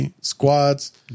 squats